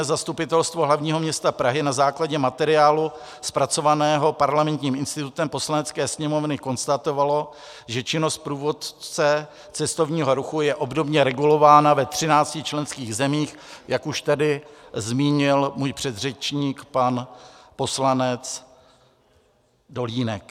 Zastupitelstvo hlavního města Prahy na základě materiálu zpracovaného Parlamentním institutem Poslanecké sněmovny konstatovalo, že činnost průvodce cestovního ruchu je obdobně regulována ve 13 členských zemích, jak už tady zmínil můj předřečník pan poslanec Dolínek.